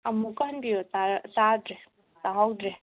ꯑꯃꯨꯛꯀ ꯍꯟꯕꯤꯔꯛꯑꯣ ꯇꯥꯗ꯭ꯔꯦ ꯇꯥꯍꯧꯗ꯭ꯔꯦ